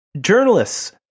journalists